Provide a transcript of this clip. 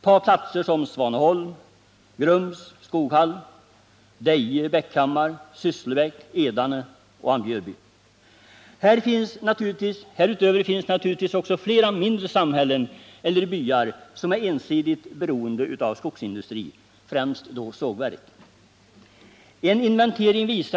Ta platser som Svaneholm, Grums, Skoghall, Deje, Bäckhammar, Sysslebäck, Edane och Ambjörby. Härutöver finns naturligtvis också flera mindre samhällen eller byar som är ensidigt beroende av skogsindustri, främst då sågverk.